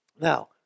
now